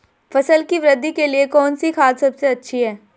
फसल की वृद्धि के लिए कौनसी खाद सबसे अच्छी है?